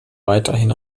weiterhin